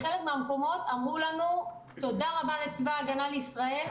בחלק מהמקומות אמרו לנו: תודה רבה לצבא הגנה לישראל,